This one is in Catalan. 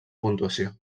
puntuació